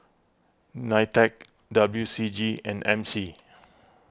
Nitec W C G and M C